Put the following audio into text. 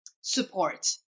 support